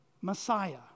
Messiah